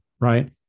right